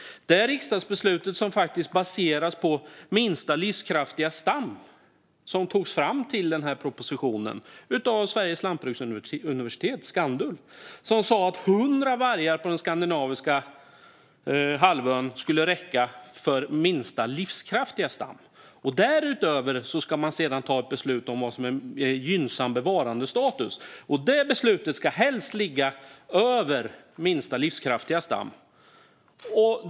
Det är ett riksdagsbeslut som baseras på minsta livskraftiga stam, som räknades fram till propositionen av Sveriges Lantbruksuniversitet och projektet Skandulv. De sa att 100 vargar på den skandinaviska halvön skulle räcka för minsta livskraftiga stam. Därutöver ska man sedan fatta ett beslut om vad som är gynnsam bevarandestatus, och det antalet ska helst ligga över antalet för minsta livskraftiga stam.